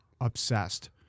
obsessed